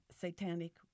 satanic